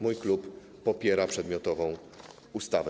Mój klub popiera przedmiotową ustawę.